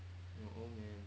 I am a old man